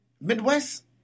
Midwest